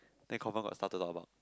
then confirm got stuff to talk about